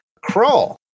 Crawl